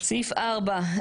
סעיף (4),